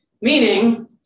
meaning